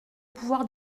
pouvoir